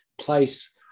place